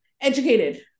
Educated